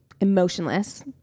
emotionless